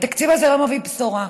התקציב הזה לא מגיש בשורה.